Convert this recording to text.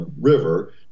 river